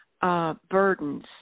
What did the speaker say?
burdens